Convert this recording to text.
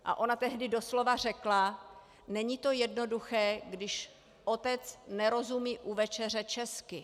A ona tehdy doslova řekla: Není to jednoduché, když otec nerozumí u večeře česky.